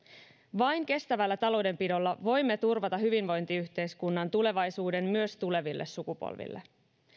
vain kestävällä taloudenpidolla voimme turvata hyvinvointiyhteiskunnan tulevaisuuden myös tuleville sukupolville